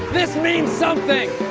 this means something!